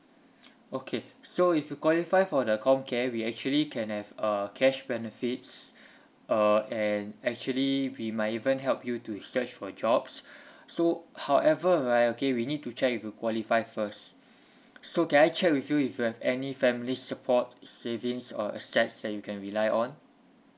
okay so if you qualify for the comcare we actually can have uh cash benefits uh and actually we might even help you to search for jobs so however right okay we need to check if you qualify first so can I check with you if you have any family support savings or assets that you can rely on